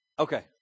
Okay